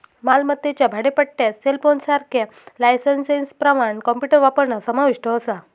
मालमत्तेच्या भाडेपट्ट्यात सेलफोनसारख्या लायसेंसप्रमाण कॉम्प्युटर वापरणा समाविष्ट असा